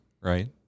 right